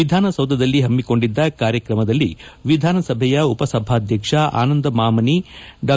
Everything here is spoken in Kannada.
ವಿಧಾನಸೌಧದಲ್ಲಿ ಹಮ್ಮಿಕೊಂಡಿದ್ದ ಕಾರ್ಯಕ್ರಮದಲ್ಲಿ ವಿಧಾನಸಭೆ ಉಪಸಭಾದ್ಯಕ್ಷ ಆನಂದ ಮಹಾಮನಿ ಡಾ